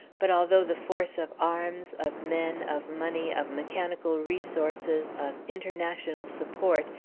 but although the force of arms, of men, of money, of mechanical resources, of international support,